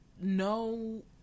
no